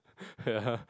ya